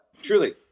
Truly